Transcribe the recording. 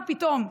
ככה פתאום,